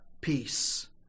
peace